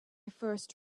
first